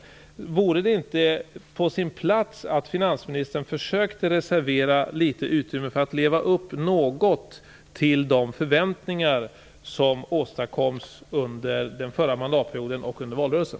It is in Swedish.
Vore det inte på sin plats att finansministern försökte reservera litet utrymme för att något leva upp till de förväntningar som åstadkoms under den förra mandatperioden och under valrörelsen?